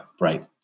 Right